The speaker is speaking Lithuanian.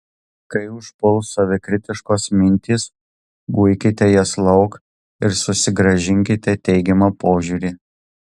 kai užpuls savikritiškos mintys guikite jas lauk ir susigrąžinkite teigiamą požiūrį